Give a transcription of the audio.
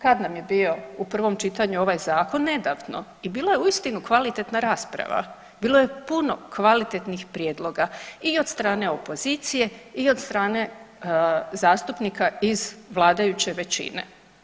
Kad nam je bio u prvom čitanju ovaj zakon, nedavno i bilo je uistinu kvalitetna rasprava, bilo je puno kvalitetnih prijedloga i od strane opozicije i od strane zastupnika iz vladajuće većine.